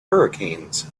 hurricanes